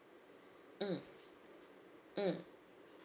mm mm